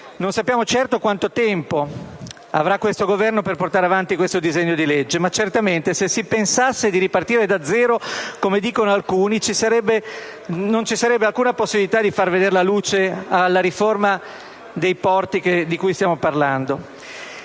Non sappiamo certo quanto tempo avrà questo Governo per portare avanti questo disegno di legge, ma certamente se si pensasse di ripartire da zero - come dicono alcuni - non credo che ci sarebbe alcuna possibilità di far vedere la luce alla riforma della legislazione sui porti di cui stiamo parlando.